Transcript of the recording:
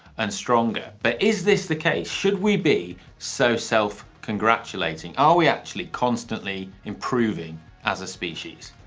and stronger. but is this the case? should we be so self-congratulating? are we actually constantly improving as a species?